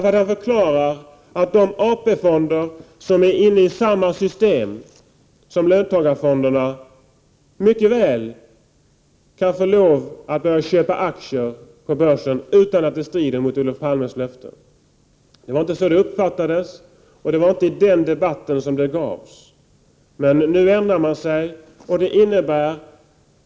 Finansministern förklarar att de AP-fonder som är inne i ” Om löntagarfonderna samma system som löntagarfonderna mycket väl kan få börja köpa aktier på RÅR förl börsen, utan att det strider mot Olof Palmes löfte. Det var inte så det tg SraE uppfattades, och det var inte i den debatten löftet gavs. Nu ändrar man sig.